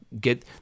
get